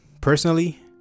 personally